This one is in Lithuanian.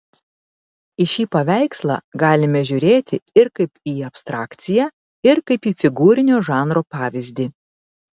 į šį paveikslą galime žiūrėti ir kaip į abstrakciją ir kaip į figūrinio žanro pavyzdį